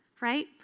right